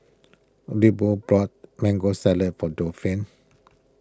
Leopold bought Mango Salad for Delphin